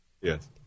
Yes